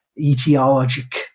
etiologic